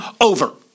over